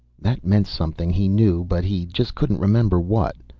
that meant something, he knew, but he just couldn't remember what.